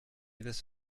this